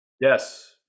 Yes